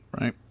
Right